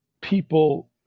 people